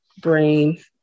brain